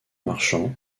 marchand